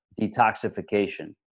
detoxification